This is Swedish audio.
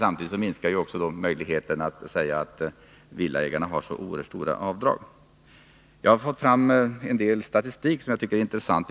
Samtidigt minskar då möjligheten att säga att villaägarna har så oerhört stora avdrag. Jag har fått fram en del statistik som jag tycker är intressant.